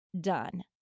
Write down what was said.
done